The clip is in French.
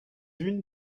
une